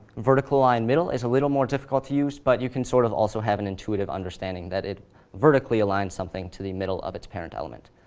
vertical line middle is a little more difficult to use, but you can sort of also have an intuitive understanding that it vertically aligns something to the middle of its parent element.